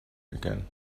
again